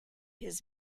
his